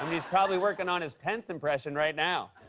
he's probably working on his pence impression right now.